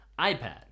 iPad